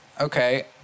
okay